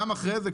גם אחרי זה,